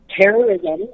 terrorism